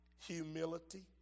Humility